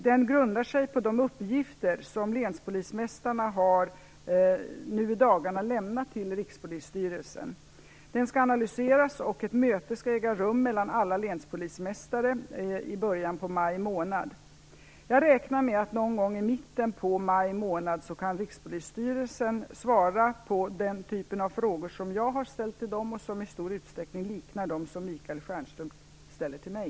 Den grundar sig på de uppgifter som länspolismästarna nu i dagarna har lämnat till Rikspolisstyrelsen. Den skall analyseras, och ett möte skall äga rum mellan alla länspolismästare i början av maj månad. Jag räknar med att Rikspolisstyrelsen någon gång i mitten av maj månad kan svara på den typ av frågor som jag har ställt till dem och som i stor utsträckning liknar de frågor som Michael Stjernström ställer till mig.